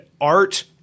art